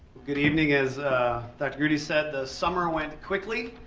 good evening. as dr. groody said, the summer went quickly,